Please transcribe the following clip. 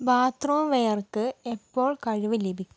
bathroom വെയർക്ക് എപ്പോൾ കഴിവ് ലഭിക്കും